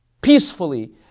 peacefully